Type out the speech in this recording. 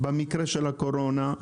במקרה של הקורונה,